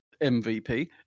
MVP